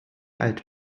alt